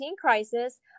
crisis